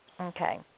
Okay